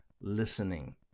listening